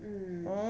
mm